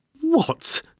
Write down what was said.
What